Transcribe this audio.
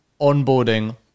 onboarding